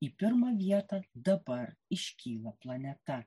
į pirmą vietą dabar iškyla planeta